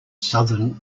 southern